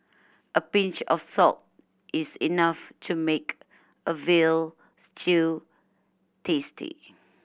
a pinch of salt is enough to make a veal stew tasty